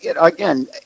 again